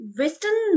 western